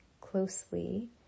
closely